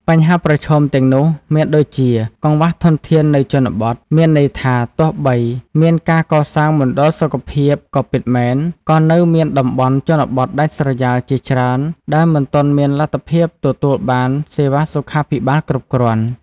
បញ្ហាប្រឈមទាំងនោះមានដូចជា កង្វះធនធាននៅជនបទ មានន័យថាទោះបីមានការកសាងមណ្ឌលសុខភាពក៏ពិតមែន ក៏នៅមានតំបន់ជនបទដាច់ស្រយាលជាច្រើនដែលមិនទាន់មានលទ្ធភាពទទួលបានសេវាសុខាភិបាលគ្រប់គ្រាន់។